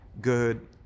good